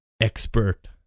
expert